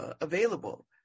available